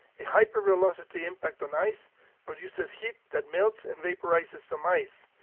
a hypervelocity impact on ice produces heat that melts and vaporizes some ice,